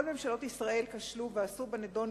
כל ממשלות ישראל כשלו ועשו בנדון,